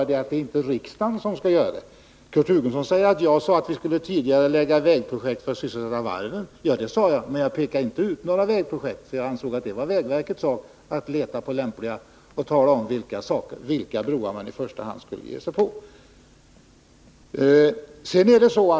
Vad det gäller är att det inte är riksdagen som skall göra detta. Kurt Hugosson pekade på att jag sagt att vi skulle tidigarelägga vägprojekt för att sysselsätta varven. Ja, det sade jag, men jag pekade inte ut några vägprojekt, för jag ansåg att det skulle vara vägverkets uppgift att komma fram till vilka broar man i första hand skulle inrikta sig på.